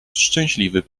szczęśliwy